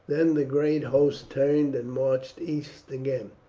then the great host turned and marched east again.